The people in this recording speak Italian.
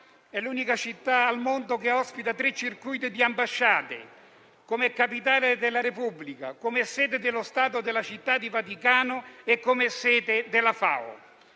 è l'unica città al mondo che ospita tre circuiti di ambasciate: come capitale della Repubblica, come sede dello Stato della Città di Vaticano e come sede